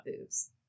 boobs